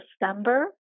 December